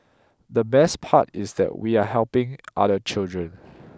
the best part is that we are helping other children